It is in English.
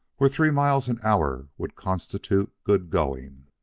where three miles an hour would constitute good going.